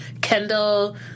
Kendall